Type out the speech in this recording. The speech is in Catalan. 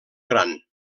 gran